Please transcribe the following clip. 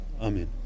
Amen